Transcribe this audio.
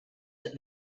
that